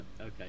Okay